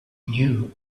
knew